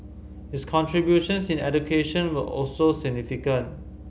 his contributions in education were also significant